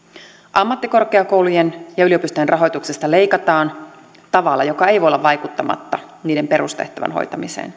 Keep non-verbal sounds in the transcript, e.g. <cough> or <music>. ammattikorkeakoulujen ja yliopistojen rahoituksesta leikataan tavalla joka ei voi olla vaikuttamatta niiden perustehtävän hoitamiseen <unintelligible>